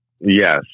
yes